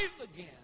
again